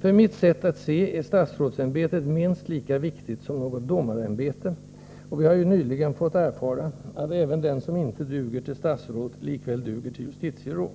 För mitt sätt att se är statsrådsämbetet minst lika viktigt som något domarämbete — vi har ju nyligen fått erfara att även den som inte duger till statsråd likväl duger till justitieråd.